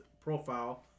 profile